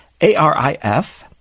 A-R-I-F